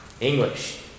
English